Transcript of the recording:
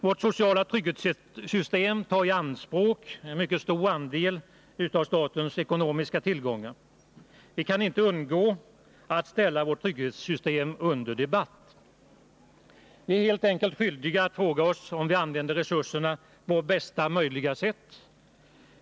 Vårt sociala trygghetssystem tar i anspråk en mycket stor andel av statens 37 ekonomiska tillgångar, och vi kan inte undgå att ställa vårt trygghetssystem under debatt. Vi är helt enkelt skyldiga att fråga oss om vi använder resurserna på bästa möjliga sätt.